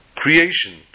creation